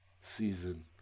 season